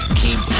keep